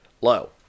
low